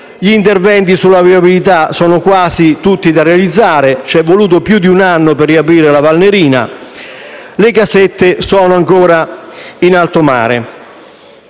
gli interventi sulla viabilità sono interamente da realizzare (c'è voluto più di un anno per riaprire la Valnerina) e le casette sono ancora in alto mare.